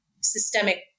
systemic